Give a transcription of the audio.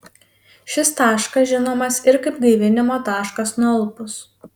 šis taškas žinomas ir kaip gaivinimo taškas nualpus